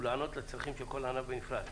ולהיענות לצרכים של כל ענף בנפרד.